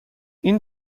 این